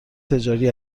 تجاری